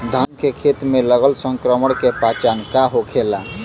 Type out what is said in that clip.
धान के खेत मे लगल संक्रमण के पहचान का होखेला?